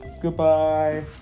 Goodbye